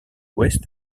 ouest